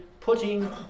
putting